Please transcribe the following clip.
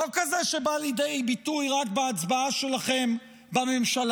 לא כזה שבא לידי ביטוי רק בהצבעה שלכם בממשלה,